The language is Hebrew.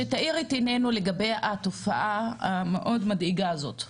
שתאיר את עינינו לגבי התופעה המאוד מדאיגה הזאת.